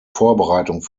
vorbereitung